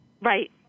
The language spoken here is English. Right